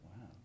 Wow